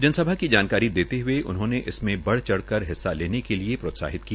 जनसभा की जानकारी देते हुए उन्होंने बढ़चढ़ कर हिस्सा लेने के लिए प्रोत्साहित किया